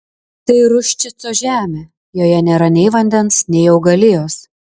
tai ruščico žemė joje nėra nei vandens nei augalijos